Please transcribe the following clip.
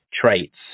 traits